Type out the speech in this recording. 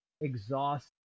exhaust